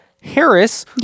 Harris